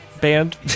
band